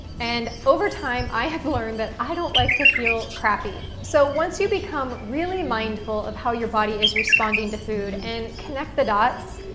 and overtime, i have learned that i don't like to feel crappy, so once you become really mindful of how your body is responding to food, and connect the dots,